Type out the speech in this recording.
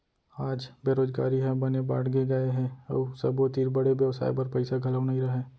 आज बेरोजगारी ह बने बाड़गे गए हे अउ सबो तीर बड़े बेवसाय बर पइसा घलौ नइ रहय